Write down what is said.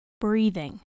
breathing